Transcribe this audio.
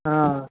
हँ